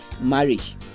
marriage